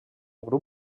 grup